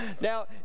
Now